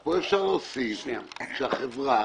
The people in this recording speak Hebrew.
עבד אל חכים חאג' יחיא (הרשימה המשותפת): פה אפשר להוסיף שהחברה,